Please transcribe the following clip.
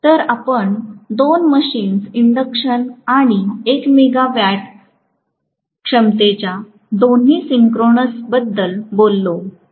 तर आपण दोन मशीन्स इंडक्शन आणि 1 मेगावॅट क्षमतेच्या दोन्ही सिंक्रोनाइझ बद्दल बोललो तर